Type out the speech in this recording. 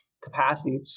capacity